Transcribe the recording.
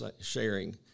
sharing